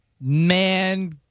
man